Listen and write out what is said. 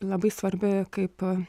labai svarbi kaip aa